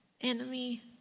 enemy